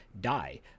die